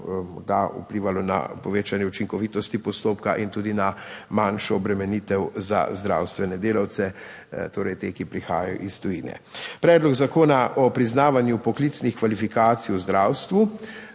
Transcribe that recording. morda vplivalo na povečanje učinkovitosti postopka in tudi na manjšo obremenitev za zdravstvene delavce, torej te, ki prihajajo iz tujine. Predlog zakona o priznavanju poklicnih kvalifikacij v zdravstvu